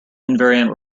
invariant